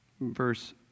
Verse